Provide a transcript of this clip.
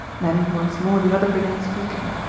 then once more the other began speaking.